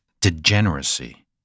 degeneracy